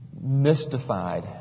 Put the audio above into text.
mystified